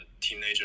teenager